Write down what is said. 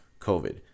COVID